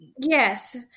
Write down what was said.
Yes